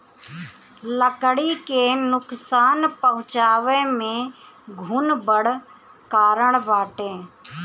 लकड़ी के नुकसान पहुंचावे में घुन बड़ कारण बाटे